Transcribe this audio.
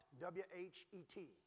W-H-E-T